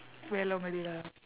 very long already lah